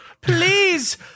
Please